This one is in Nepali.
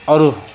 अरू